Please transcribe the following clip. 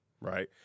right